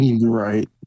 Right